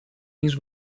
niż